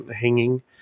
hanging